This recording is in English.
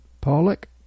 Pollock